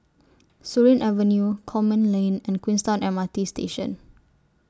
Surin Avenue Coleman Lane and Queenstown M R T Station